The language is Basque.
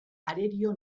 arerio